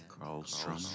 Carlstrom